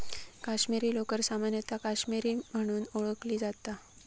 काश्मीरी लोकर सामान्यतः काश्मीरी म्हणून ओळखली जाता